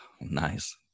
Nice